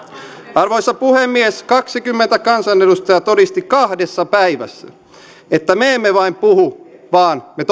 arvoisa puhemies kaksikymmentä kansanedustajaa todisti kahdessa päivässä että me emme vain puhu vaan me